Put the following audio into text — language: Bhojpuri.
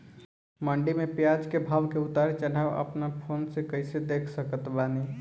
मंडी मे प्याज के भाव के उतार चढ़ाव अपना फोन से कइसे देख सकत बानी?